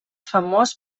famós